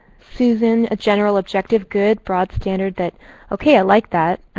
susan, a general objective. good. broad standard that ok. i like that.